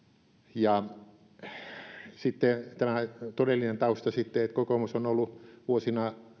ja kun sitten tämä todellinen tausta kokoomus on ollut vuosina